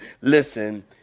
Listen